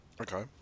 Okay